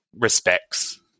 respects